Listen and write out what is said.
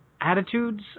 attitudes